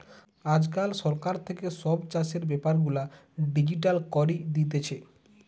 আজকাল সরকার থাকে সব চাষের বেপার গুলা ডিজিটাল করি দিতেছে